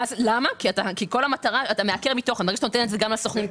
ברגע שאתה נותן את זה גם לסוכנים,